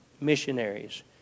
missionaries